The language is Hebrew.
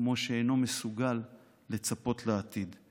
כמו שאינו מסוגל לצפות לעתיד.